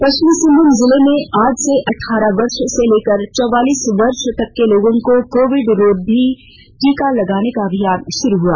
पश्चिम सिंहभूम जिले में आज से अठारह वर्ष से लेकर चौवालीस वर्ष तक के लोगों को कोविड रोधी टीका लगाने का अभियान शुरू हुआ